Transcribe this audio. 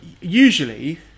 Usually